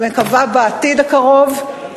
מקווה בעתיד הקרוב,